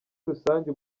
rusange